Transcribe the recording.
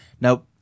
Now